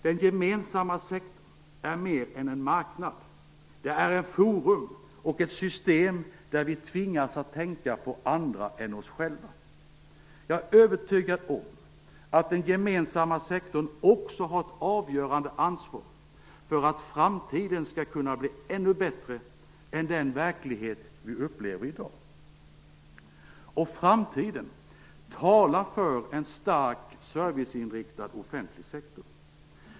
Den gemensamma sektorn är mer än en marknad. Det är ett forum och ett system där vi tvingas att tänka på andra än oss själva. Jag är övertygad om att den gemensamma sektorn också har ett avgörande ansvar för att framtiden skall kunna bli ännu bättre än den verklighet vi upplever i dag, och framtiden talar för en stark, serviceinriktad offentlig sektor.